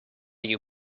you